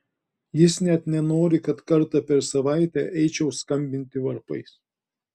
jis net nenori kad kartą per savaitę eičiau skambinti varpais